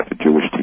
Jewish